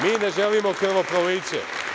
Mi ne želimo krvoproliće.